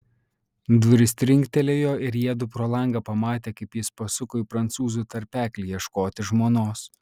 durys trinktelėjo ir jiedu pro langą pamatė kaip jis pasuko į prancūzų tarpeklį ieškoti žmonos